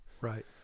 Right